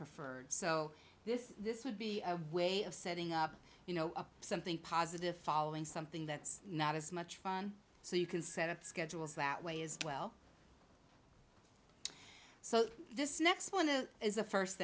preferred so this would be a way of setting up something positive following something that's not as much fun so you can set up schedules that way as well so this next one is is a first